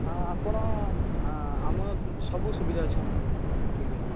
ହଁ ଆପଣ ଆମ ସବୁ ସୁବିଧା ଅଛି ଆମର ମେଡ଼ିକାଲ୍ରେ